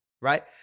right